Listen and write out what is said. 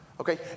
okay